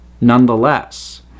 nonetheless